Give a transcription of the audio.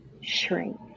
shrink